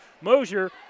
Mosier